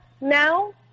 now